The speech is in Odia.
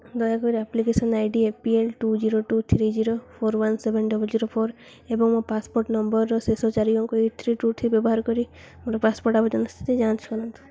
ଦୟାକରି application I D A P L two zero two three zero four one seven double zero four ଏବଂ ମୋ ପାସପୋର୍ଟ୍ ନମ୍ବର୍ର ଶେଷ ଚାରି ଅଙ୍କ ଏଇଟି ଥ୍ରୀ ଟୁ ଥ୍ରୀ ବ୍ୟବହାର କରି ମୋର ପାସପୋର୍ଟ୍ ଆବେଦନ ସ୍ଥିତି ଯାଞ୍ଚ କରନ୍ତୁ